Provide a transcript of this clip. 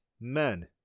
Men